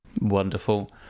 wonderful